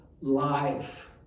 life